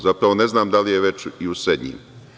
Zapravo, ne znam da li je već i u srednjim.